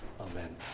Amen